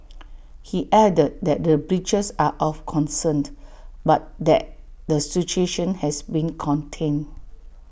he added that the breaches are of concerned but that the situation has been contained